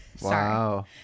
Wow